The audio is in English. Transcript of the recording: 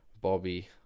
Bobby